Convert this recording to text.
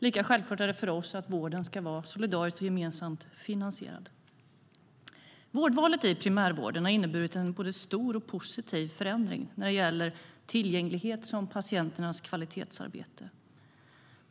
Lika självklart är det för oss att vården ska vara solidariskt och gemensamt finansierad. Vårdvalet i primärvården har inneburit en både stor och positiv förändring när det gäller såväl tillgänglighet som kvalitetsarbete för patienterna.